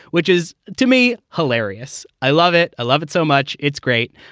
which is to me hilarious. i love it. i love it so much. it's great.